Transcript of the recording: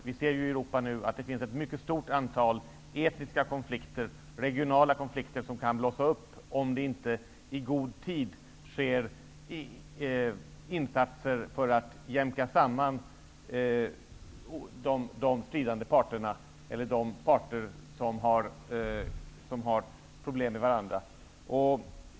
Vi ser ju nu att det i Europa finns ett mycket stort antal regionala och etniska konflikter som kan blossa upp om det inte i god tid görs insatser för att jämka samman de stridande parterna eller de parter som har problem med varandra.